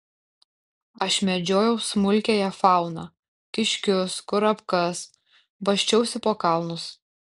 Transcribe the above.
aš medžiojau smulkiąją fauną kiškius kurapkas basčiausi po kalnus